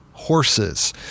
horses